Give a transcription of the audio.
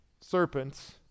serpents